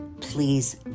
please